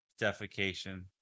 Defecation